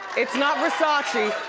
it's not versace.